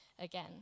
again